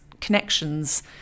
connections